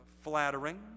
flattering